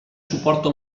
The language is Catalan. suporta